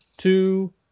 Two